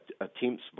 Attempts